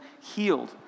healed